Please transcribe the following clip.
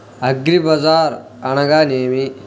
అగ్రిబజార్ అనగా నేమి?